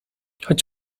choć